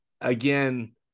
again